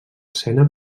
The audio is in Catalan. sena